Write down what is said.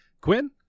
Quinn